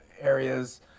areas